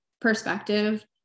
perspective